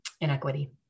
inequity